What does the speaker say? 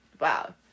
Wow